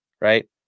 Right